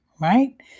right